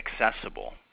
accessible